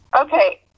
okay